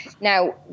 Now